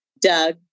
Doug